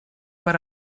per